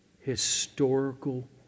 historical